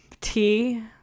tea